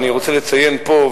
אני רוצה לציין פה,